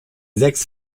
sechs